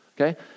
okay